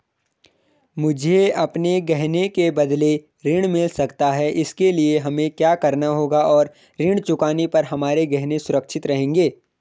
मुझे अपने गहने के बदलें ऋण मिल सकता है इसके लिए हमें क्या करना होगा और ऋण चुकाने पर हमारे गहने सुरक्षित रहेंगे?